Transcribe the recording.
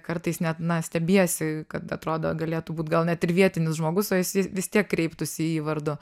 kartais net na stebiesi kad atrodo galėtų būt gal net ir vietinis žmogus o jis vis tiek kreiptųsi į vardu